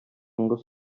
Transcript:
соңгы